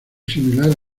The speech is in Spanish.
similar